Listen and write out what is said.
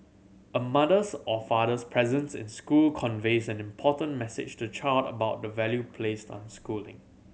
a mother's or father's presence in school conveys an important message to child about the value placed on schooling